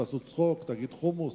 ועשו צחוק: תגיד חומוס,